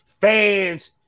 Fans